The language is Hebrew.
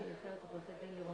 עורך דין לירון